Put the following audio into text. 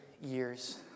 years